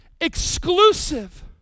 exclusive